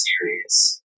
serious